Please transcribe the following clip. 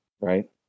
right